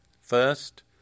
First